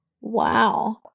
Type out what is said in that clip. wow